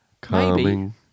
Calming